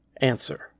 answer